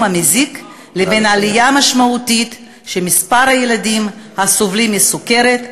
המזיק ובין העלייה המשמעותית של מספר הילדים הסובלים מסוכרת,